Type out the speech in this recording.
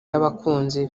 y’abakunzi